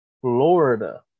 Florida